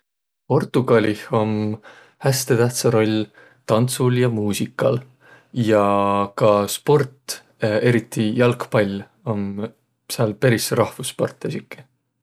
Portugalih om häste tähtsä roll tandsul ja muusikal. Ja ka sport, eriti jalgpall om sääl peris rahvussport esiki.